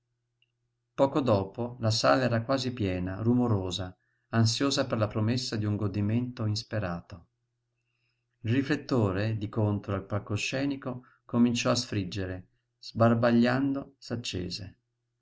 poco dopo la sala era quasi piena rumorosa ansiosa per la promessa d'un godimento insperato il riflettore di contro al palcoscenico cominciò a sfriggere sbarbagliando s'accese